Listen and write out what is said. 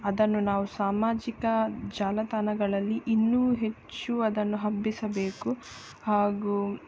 ಅದನ್ನು ನಾವು ಸಾಮಾಜಿಕ ಜಾಲತಾಣಗಳಲ್ಲಿ ಇನ್ನು ಹೆಚ್ಚು ಅದನ್ನು ಹಬ್ಬಿಸಬೇಕು ಹಾಗು